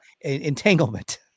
entanglement